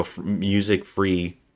music-free